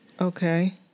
Okay